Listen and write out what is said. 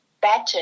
better